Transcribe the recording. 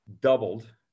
doubled